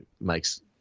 makes